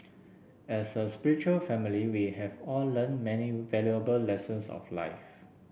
as a spiritual family we have all learned many valuable lessons of life